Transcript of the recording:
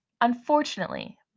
Unfortunately